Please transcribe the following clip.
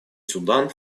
судан